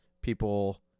people